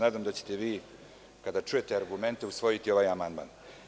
Nadam se da ćete vi, kada čujete argumente, usvojiti ovaj amandman.